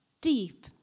deep